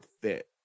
fit